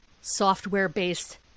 software-based